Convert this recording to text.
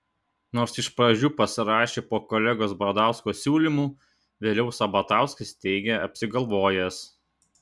nors iš pradžių pasirašė po kolegos bradausko siūlymu vėliau sabatauskas teigė apsigalvojęs